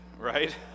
right